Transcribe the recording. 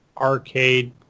Arcade